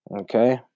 Okay